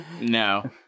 No